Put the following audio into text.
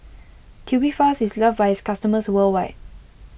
Tubifast is loved by its customers worldwide